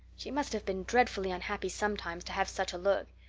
she must have been dreadfully unhappy sometime to have such a look.